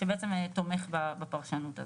שבעצם תומך בפרשנות הזו.